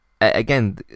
again